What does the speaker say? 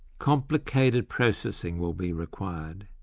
complicated processing will be required.